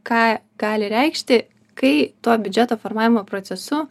ką gali reikšti kai tuo biudžeto formavimo procesu